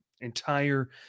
entire